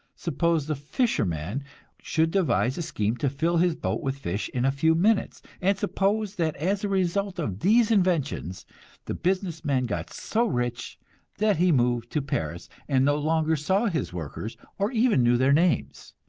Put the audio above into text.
suppose the fisherman should devise a scheme to fill his boat with fish in a few minutes and suppose that as a result of these inventions the business man got so rich that he moved to paris, and no longer saw his workers, or even knew their names.